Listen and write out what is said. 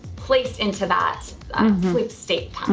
placed into that sleep state